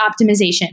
optimization